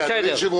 אדוני היושב-ראש,